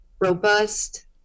robust